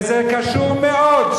זה קשור מאוד,